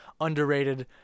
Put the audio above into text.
underrated